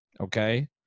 okay